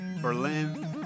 Berlin